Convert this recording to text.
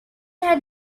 had